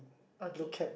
okay